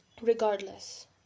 regardless